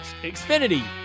Xfinity